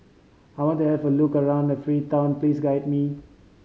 I want to have a look around Freetown please guide me